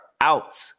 out